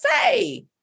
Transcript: say